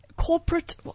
Corporate